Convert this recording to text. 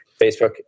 facebook